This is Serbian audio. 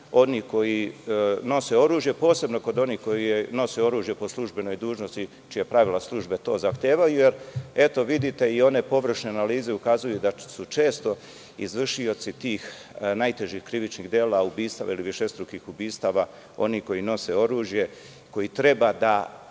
onih koji nose oružje, posebno kod onih koji nose oružje po službenoj dužnosti, čija pravila službe to zahtevaju, jer eto vidite, i one površne analize ukazuju da su često izvršioci tih najtežih krivičnih dela, ubistva ili višestrukih ubistava, oni koji nose oružje, koji treba da